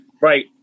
Right